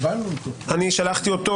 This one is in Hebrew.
שלחתי אותו